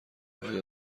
آیا